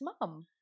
mum